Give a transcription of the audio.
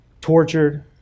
tortured